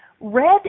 red